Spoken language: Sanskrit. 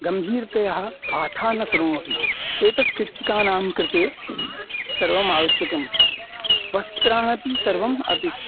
गम्भीरतया पाठः न श्रुणोति एतत् शिक्षकाणां कृते सर्वम् आवश्यकं वस्त्रान् अपि सर्वम् अपेक्षते